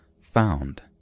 found